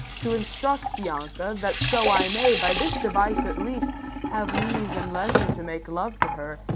to instruct bianca that so i may, by this device at least have leave and leisure to make love to her,